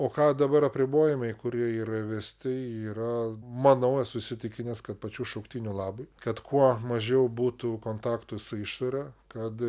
o ką dabar apribojimai kurie yra įvesti yra manau esu įsitikinęs kad pačių šauktinių labui kad kuo mažiau būtų kontaktų su išore kad